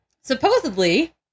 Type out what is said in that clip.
supposedly